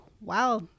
wow